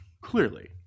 clearly